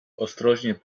ostrożnie